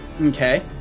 Okay